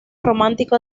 romántico